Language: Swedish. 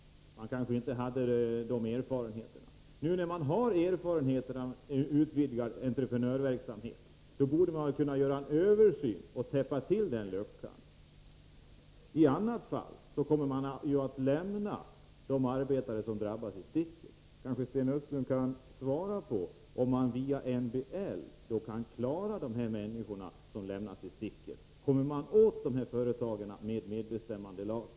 Nu när vi har erfarenheter av en utvidgad entreprenörsverksamhet borde vi väl kunna göra en översyn och täppa till den luckan? I annat fall kommer ju de arbetare som drabbas att lämnas i sticket. Kanske kan Sten Östlund svara på om man via MBL kan klara de människor som lämnas i sticket. Kommer man åt de här företagen med medbestämmandelagen?